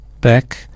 back